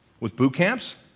with boot camps,